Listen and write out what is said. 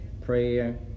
prayer